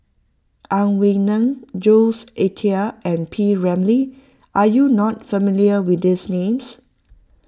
Ang Wei Neng Jules Itier and P Ramlee are you not familiar with these names